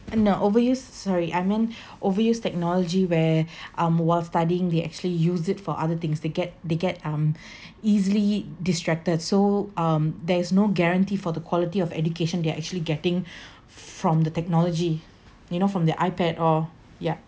and no overuse sorry I mean overuse technology where um while studying they actually use it for other things they get they get um easily distracted so um there is no guarantee for the quality of education they're actually getting from the technology you know from the ipad or yeah